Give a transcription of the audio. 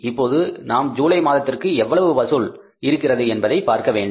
இப்போது நாம் ஜூலை மாதத்திற்கு எவ்வளவு வசூல் இருக்கிறது என்பதை பார்க்க வேண்டும்